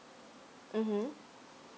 mm